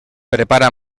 prepara